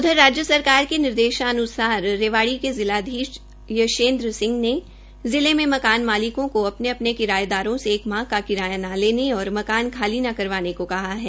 उधर राज्य सरकार के निदेशान्सार रेवाड़ी के जिलाधीश यशेन्द्र सिंह ने जिला में मकान मालिकों को अपने अपने किरायेदारों से एक माह का किराया न लेंने और मकान खाली न करवाने को कहा है